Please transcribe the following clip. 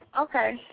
Okay